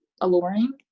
alluring